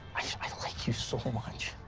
i like you so much